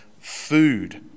food